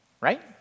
right